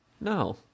No